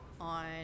on